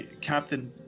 Captain